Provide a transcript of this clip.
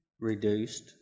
reduced